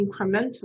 incrementally